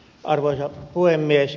arvoisa puhemies